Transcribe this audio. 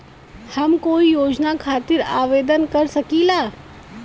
हम कोई योजना खातिर आवेदन कर सकीला?